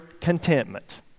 contentment